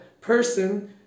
person